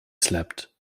slept